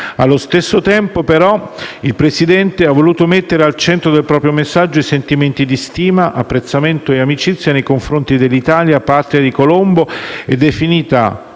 Allo stesso tempo, però, il Presidente ha voluto mettere al centro del proprio messaggio i sentimenti di stima, apprezzamento e amicizia nei confronti dell'Italia, patria di Colombo, definita